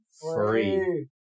free